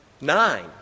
nine